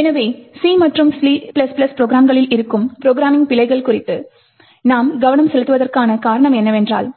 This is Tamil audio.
எனவே C மற்றும் C ப்ரோக்ராம்களில் இருக்கும் ப்ரோக்ராம்மிங் பிழைகள் குறித்து நாம் கவனம் செலுத்துவற்கான கரணம் என்னவென்றால்